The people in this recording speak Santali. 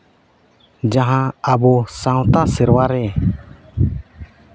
ᱡᱟᱦᱟᱸ ᱟᱵᱚ ᱥᱟᱶᱛᱟ ᱥᱮᱨᱣᱟ ᱨᱮ